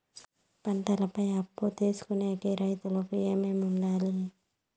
పంటల పై అప్పు తీసుకొనేకి రైతుకు ఏమేమి వుండాలి?